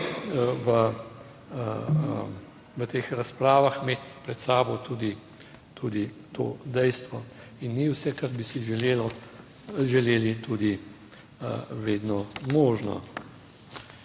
v teh razpravah imeti pred sabo tudi to dejstvo in ni vse, kar bi si želeli tudi vedno možno.